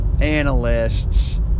analysts